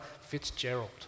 Fitzgerald